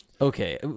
Okay